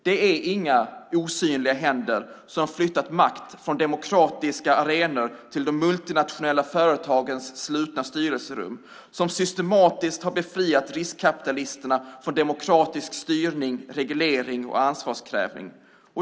Det är inga osynliga händer som flyttat makt från demokratiska arenor till de multinationella företagens slutna styrelserum, som systematiskt har befriat riskkapitalisterna från demokratisk styrning, reglering och ansvarsutkrävande.